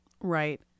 Right